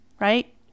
right